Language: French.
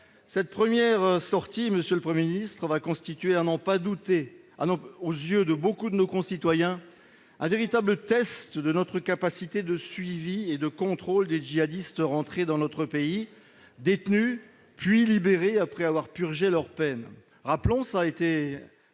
cette première sortie va constituer aux yeux de beaucoup de nos concitoyens un véritable test de notre capacité de suivi et de contrôle des djihadistes rentrés dans notre pays, détenus puis libérés après avoir purgé leur peine.